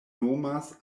nomas